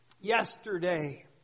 yesterday